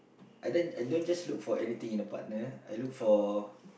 I don't I don't just look for anything in a partner I look for